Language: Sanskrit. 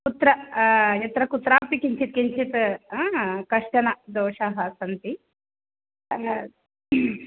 कुत्र यत्र कुत्रापि किञ्चित् किञ्चित् कश्चन दोषाः सन्ति